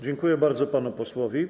Dziękuję bardzo panu posłowi.